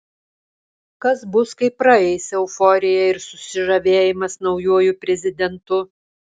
kas bus kai praeis euforija ir susižavėjimas naujuoju prezidentu